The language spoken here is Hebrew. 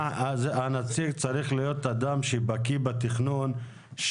הנציג צריך להיות אדם בקי בתכנון,